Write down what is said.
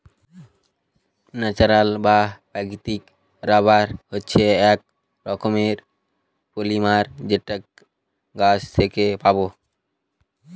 natural বা প্রাকৃতিক rubber হচ্ছে এক রকমের পলিমার যেটা গাছ থেকে পাবো